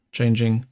changing